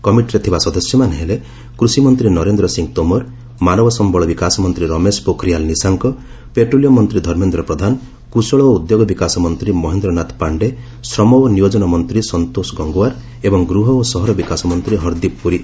କମିଟିରେ ଥିବା ସଦସ୍ୟମାନେ ହେଲେ କୃଷିମନ୍ତ୍ରୀ ନରେନ୍ଦ୍ର ସିଂ ତୋମର ମାନବ ସମ୍ଭଳ ବିକାଶ ମନ୍ତ୍ରୀ ରମେଶ ପୋଖରିଆଲ୍ ନିଶାଙ୍କ ପେଟ୍ରୋଲୟିମ୍ ମନ୍ତ୍ରୀ ଧର୍ମେନ୍ଦ୍ର ପ୍ରଧାନ କୁଶଳ ଓ ଉଦ୍ୟୋଗ ବିକାଶ ମନ୍ତ୍ରୀ ମହେନ୍ଦ୍ରନାଥ ପାଶ୍ଚେ ଶ୍ରମ ଓ ନିୟୋକ୍ତନ ମନ୍ତ୍ରୀ ସନ୍ତୋଷ ଗଙ୍ଗୱାର୍ ଏବଂ ଗୃହ ଓ ସହର ବିକାଶ ମନ୍ତ୍ରୀ ହର୍ଦୀପ୍ ପୁରୀ